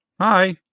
Hi